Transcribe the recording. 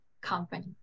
company